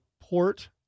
Port